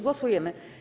Głosujemy.